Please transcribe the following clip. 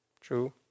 True